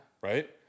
right